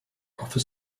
offer